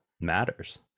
matters